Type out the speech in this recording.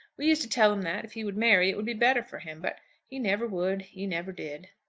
we used to tell him that if he would marry it would be better for him but he never would he never did.